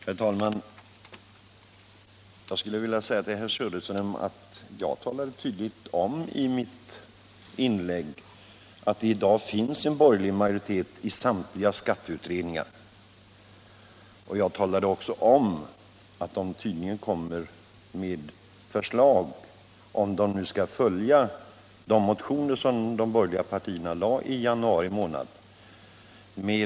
Herr talman! Jag skulle vilja säga till herr Söderström att jag i mitt inlägg tydligt talade om att det i dag finns en borgerlig majoritet i samtliga skatteutredningar. Jag talade också om att de tydligen skall lägga fram förslag, om de nu skall följa de motioner som de borgerliga partierna väckte i januari månad.